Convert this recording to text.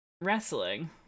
Wrestling